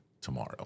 tomorrow